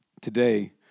Today